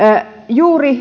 juuri